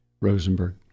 Rosenberg